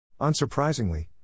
unsurprisingly